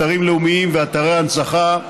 אתרים לאומיים ואתרי הנצחה,